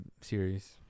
series